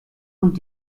und